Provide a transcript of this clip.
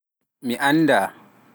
Mi annda